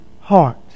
heart